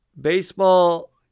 Baseball